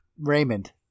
Raymond